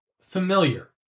familiar